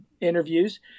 interviews